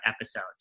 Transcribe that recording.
episode